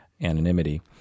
anonymity